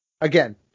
again